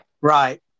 right